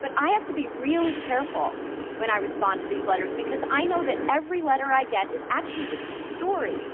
but i have to be really careful when i respond to these letters because i know that every letter i get is actually just a story